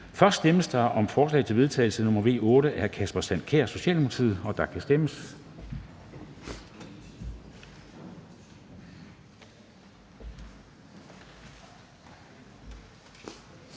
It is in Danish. Først stemmes der om forslag til vedtagelse nr. V 8 af Kasper Sand Kjær (S), og der kan stemmes.